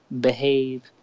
behave